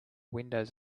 windows